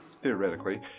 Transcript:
theoretically